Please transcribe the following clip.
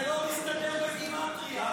זה לא מסתדר בגימטרייה.